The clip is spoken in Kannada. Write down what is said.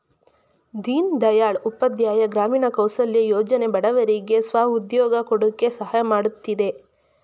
ದೀನ್ ದಯಾಳ್ ಉಪಾಧ್ಯಾಯ ಗ್ರಾಮೀಣ ಕೌಶಲ್ಯ ಯೋಜನೆ ಬಡವರಿಗೆ ಸ್ವ ಉದ್ಯೋಗ ಕೊಡಕೆ ಸಹಾಯ ಮಾಡುತ್ತಿದೆ